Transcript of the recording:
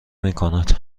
میکند